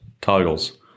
titles